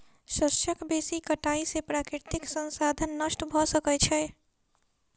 शस्यक बेसी कटाई से प्राकृतिक संसाधन नष्ट भ सकै छै